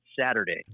Saturday